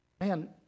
man